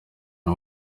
aba